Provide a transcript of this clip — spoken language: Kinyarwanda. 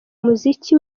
muziki